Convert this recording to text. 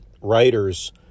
writers